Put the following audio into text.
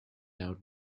out